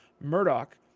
Murdoch